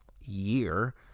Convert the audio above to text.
year